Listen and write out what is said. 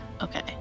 Okay